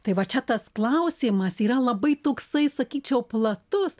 tai va čia tas klausimas yra labai toksai sakyčiau platus